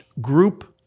group